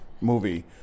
movie